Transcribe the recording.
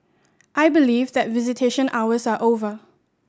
I believe that visitation hours are over